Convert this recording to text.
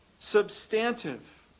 substantive